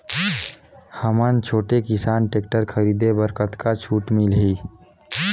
हमन छोटे किसान टेक्टर खरीदे बर कतका छूट मिलही?